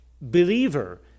believer